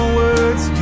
words